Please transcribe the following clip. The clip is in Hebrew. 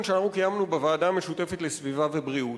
שאנו קיימנו בוועדה המשותפת לסביבה ובריאות.